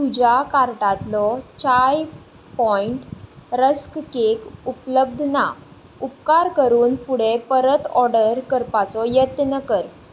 तुज्या कार्टांतलो Chai Point rusk cake उपलब्ध ना उपकार करून फुडें परत ऑर्डर करपाचो यत्न कर